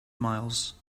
miles